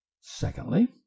secondly